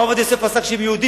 הרב עובדיה יוסף פסק שהם יהודים,